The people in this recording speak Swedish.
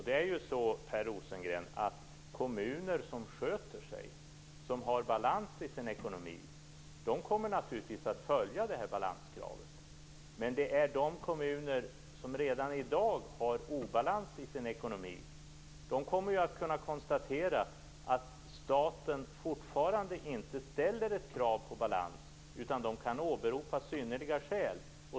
Det är ju så, Per Rosengren, att kommuner som sköter sig och har balans i sin ekonomi naturligtvis kommer att följa balanskravet. Men de kommuner som redan i dag har obalans i sin ekonomi kommer att kunna konstatera att staten fortfarande inte ställer ett krav på balans utan att de kan åberopa synnerliga skäl.